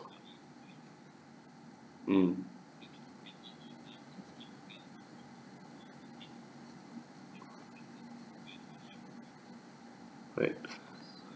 mm right